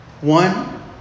One